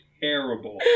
terrible